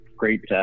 great